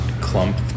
clump